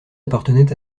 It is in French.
appartenait